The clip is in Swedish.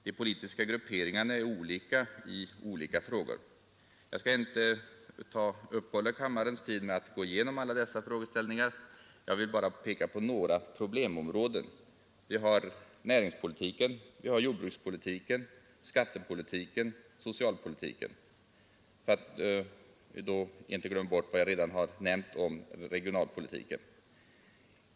De politiska grupperingarna är olika i olika frågor. Jag skall inte uppehålla kammarens tid med att gå igenom alla dessa frågeställningar, jag vill bara peka på några problemområden. Vi har näringspolitiken, jordbrukspolitiken, skattepolitiken och socialpolitiken — för att inte glömma vad jag redan har nämnt, nämligen regionalpolitiken.